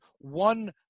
one